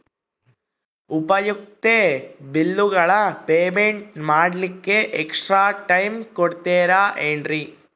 ಉಪಯುಕ್ತತೆ ಬಿಲ್ಲುಗಳ ಪೇಮೆಂಟ್ ಮಾಡ್ಲಿಕ್ಕೆ ಎಕ್ಸ್ಟ್ರಾ ಟೈಮ್ ಕೊಡ್ತೇರಾ ಏನ್ರಿ?